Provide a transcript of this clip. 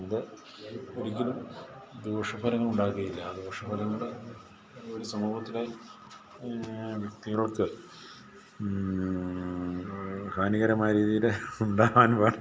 അത് ഒരിക്കലും ദോഷഫലം ഉണ്ടാക്കുകയില്ല ആ ദോഷഫലങ്ങൾ ഒരു സമൂഹത്തിലെ വ്യക്തികൾക്ക് ഹാനീകരമായ രീതിയിൽ ഉണ്ടാവാൻ